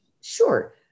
Sure